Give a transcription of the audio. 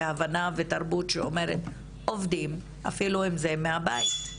הבנה ותרבות שאומרת עובדים אפילו אם זה מהבית,